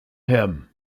him